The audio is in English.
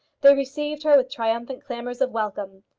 they received her with triumphant clamours of welcome.